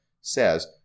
says